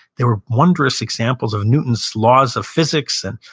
they were wondrous examples of newton's laws of physics and,